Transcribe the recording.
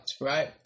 right